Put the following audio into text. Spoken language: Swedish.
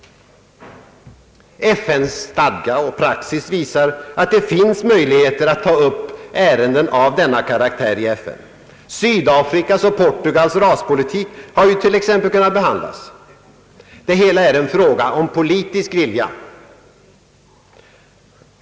FN:s stadga och praxis visar att det finns möjligheter att ta upp ärenden av denna karaktär i FN. Sydafrikas och Portugals raspolitik har ju t.ex. kunnat behandlas. Det hela är en fråga om politisk vilja.